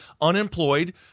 unemployed